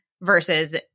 versus